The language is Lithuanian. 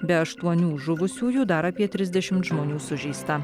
be aštuonių žuvusiųjų dar apie trisdešimt žmonių sužeista